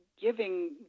giving